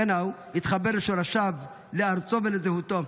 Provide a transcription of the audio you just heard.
קנאו התחבר לשורשיו, לארצו ולזהותו.